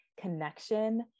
connection